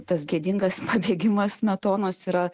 tas gėdingas pabėgimas smetonos yra